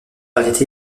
variété